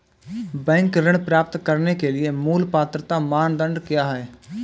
Bank ऋण प्राप्त करने के लिए मूल पात्रता मानदंड क्या हैं?